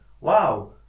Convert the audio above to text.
wow